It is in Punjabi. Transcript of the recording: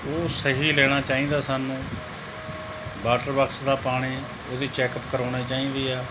ਉਹ ਸਹੀ ਲੈਣਾ ਚਾਹੀਦਾ ਸਾਨੂੰ ਵਾਟਰ ਵਰਕਸ ਦਾ ਪਾਣੀ ਉਹਦੀ ਚੈੱਕਅਪ ਕਰਾਉਣੀ ਚਾਹੀਦਾ ਆ